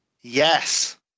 Yes